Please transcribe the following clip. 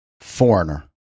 Foreigner